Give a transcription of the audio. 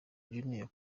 junior